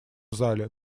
зале